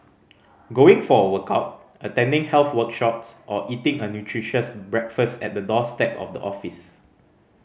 going for a workout attending health workshops or eating a nutritious breakfast at the doorstep of the office